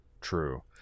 True